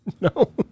no